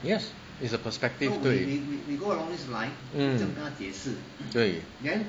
yes is a perspective 对 mm 对